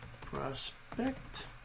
prospect